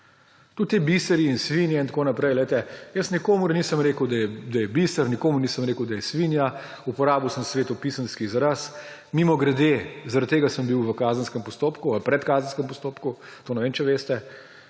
tudi ti biseri in svinje in tako naprej, jaz nikomur nisem rekel, da je biser, nikomur nisem rekel, da je svinja, uporabil sem svetopisemski izraz. Mimogrede, zaradi tega sem bil v kazenskem postopku ali v predkazenskem postopku, ne vem, če to veste.